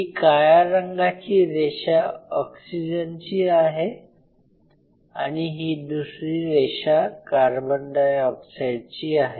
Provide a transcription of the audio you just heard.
ही काळ्या रंगाची रेषा ऑक्सीजनची आहे आणि ही दुसरी रेषा कार्बन डायऑक्साइड ची आहे